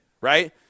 right